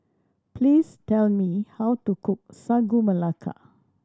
please tell me how to cook Sagu Melaka